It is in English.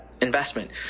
Investment